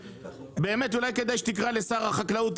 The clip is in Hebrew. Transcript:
באמת אולי כדאי שתקרא לשר החקלאות,